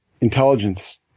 intelligence